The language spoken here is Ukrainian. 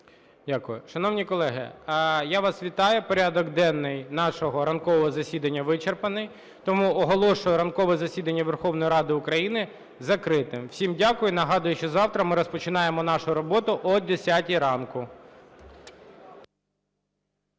Дякую. Шановні колеги, я вас вітаю, порядок денний нашого ранкового засідання вичерпаний. Тому оголошую ранкове засідання Верховної Ради України закритим. Всім дякую. Нагадую, що завтра ми розпочинаємо нашу роботу о 10-й ранку.